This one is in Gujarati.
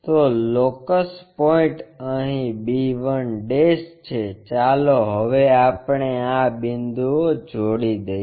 તો લોકસ પોઇન્ટ અહીં b 1 છે ચાલો હવે આપણે આ બિંદુઓ જોડી દઇએ